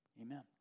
Amen